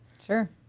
Sure